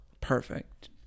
Perfect